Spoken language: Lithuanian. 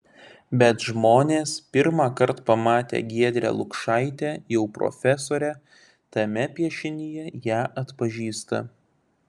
bet žmonės pirmąkart pamatę giedrę lukšaitę jau profesorę tame piešinyje ją atpažįsta